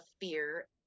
fear